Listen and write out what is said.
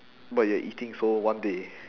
but you're eating so one day